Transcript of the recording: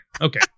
Okay